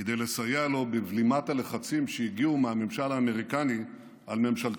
כדי לסייע לו בבלימת הלחצים שהגיעו מהממשל האמריקני על ממשלתו.